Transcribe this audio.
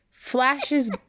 flashes